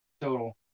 total